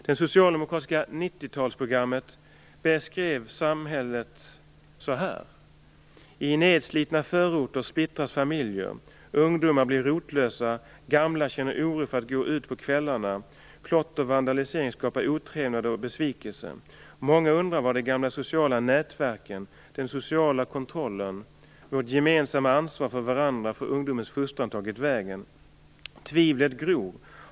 Det socialdemokratiska 90-talsprogrammet beskriver samhället så här: I nedslitna förorter splittras familjer. Ungdomar blir rotlösa. Gamla känner oro för att gå ut på kvällarna. Klotter och vandalisering skapar otrevnad och besvikelse. Många undrar vart de gamla sociala nätverken, den sociala kontrollen, vårt gemensamma ansvar för varandra och för ungdomens fostran tagit vägen. Tvivlet gror.